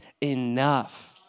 enough